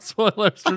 Spoilers